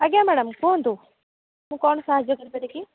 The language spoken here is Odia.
ଆଜ୍ଞା ମ୍ୟାଡ଼ାମ୍ କୁହନ୍ତୁ ମୁଁ କ'ଣ ସାହାଯ୍ୟ କରିପାରେ କି